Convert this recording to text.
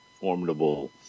formidable